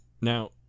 Now